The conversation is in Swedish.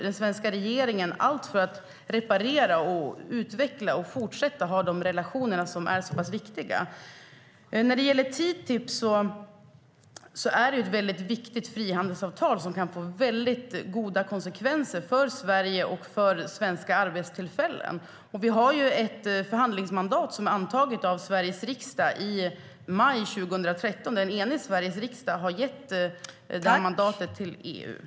Den svenska regeringen gör allt för att reparera, utveckla och fortsätta ha de relationerna, som är så pass viktiga.